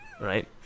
right